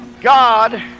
God